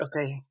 Okay